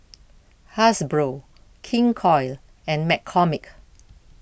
Hasbro King Koil and McCormick